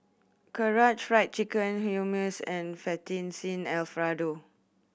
Karaage Fried Chicken Hummus and Fettuccine Alfredo